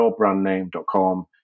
yourbrandname.com